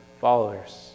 followers